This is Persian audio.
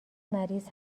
مریض